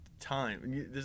time